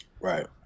Right